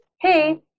hey